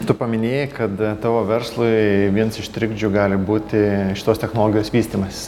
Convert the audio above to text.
tu paminėjai kad tavo verslui viens iš trikdžių gali būti šitos technologijos vystymasis